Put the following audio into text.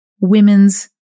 women's